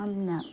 ꯌꯥꯝꯅ